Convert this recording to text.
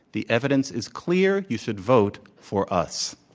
the evidence is clear. you should vote for us.